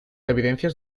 evidencias